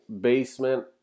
basement